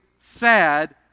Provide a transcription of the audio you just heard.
sad